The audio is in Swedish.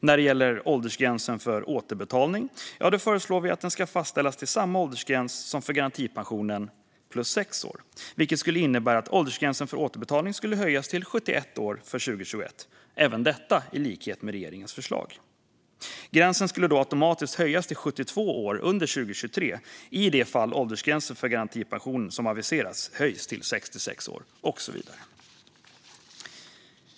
När det gäller åldersgränsen för återbetalning föreslår vi att den ska fastställas till samma åldersgräns som för garantipension plus 6 år, vilket skulle innebära att åldersgränsen för återbetalning skulle höjas till 71 år från och med 2021, även detta i likhet med regeringens förslag. Gränsen skulle automatiskt höjas till 72 år under 2023 i det fall åldersgränsen för garantipensionen höjs till 66 år, som man aviserat.